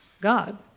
God